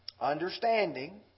understanding